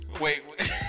Wait